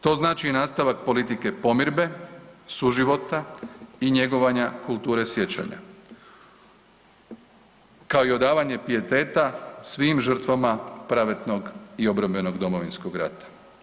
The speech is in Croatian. To znači i nastavak politike pomirbe, suživota i njegovanja kulture sjećanja, kao i odavanje pijeteta svim žrtvama pravednog i obrambenog Domovinskog rata.